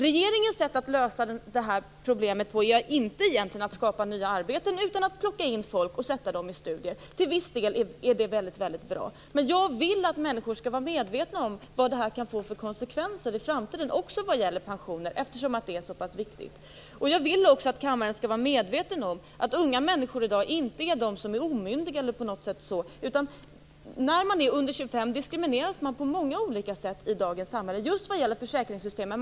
Regeringens sätt att lösa det här problemet är egentligen inte att skapa nya arbeten utan att plocka in folk och sätta dem i studier. Till viss del är det väldigt bra, men jag vill att människor skall vara medvetna om vad det kan få för konsekvenser i framtiden också vad gäller pensioner, eftersom det är så viktigt. Jag vill också att kammaren skall vara medveten om att unga människor i dag inte är t.ex. de som är omyndiga. När man är under 25 diskrimineras man på många olika sätt i dagens samhälle, t.ex. just vad gäller försäkringssystemet.